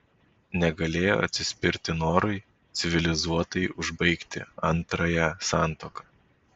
negalėjo atsispirti norui civilizuotai užbaigti antrąją santuoką